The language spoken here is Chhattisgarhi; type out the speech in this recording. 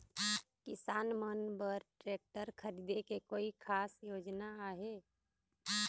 किसान मन बर ट्रैक्टर खरीदे के कोई खास योजना आहे?